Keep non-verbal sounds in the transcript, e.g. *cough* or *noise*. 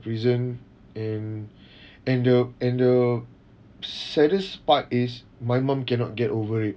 prison and *breath* and the and the saddest part is my mum cannot get over it